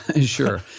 Sure